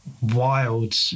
wild